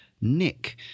Nick